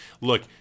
look